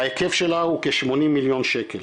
ההיקף שלה הוא כ-80 מיליון שקל.